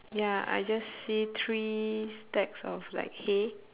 ya I just see three stacks of like hay